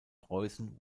preußen